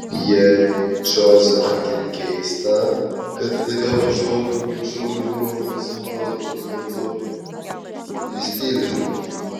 jei džozefui ir keista kad staiga pašoku ir prašau leidimo pasinaudoti tualetu jis tyli